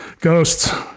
ghosts